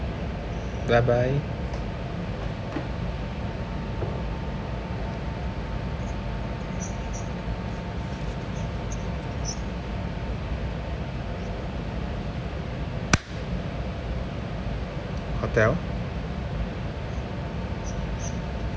bye bye hotel